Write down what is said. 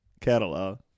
catalog